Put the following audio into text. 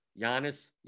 Giannis